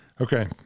Okay